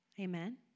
Amen